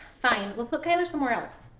fine we'll put kyler somewhere else.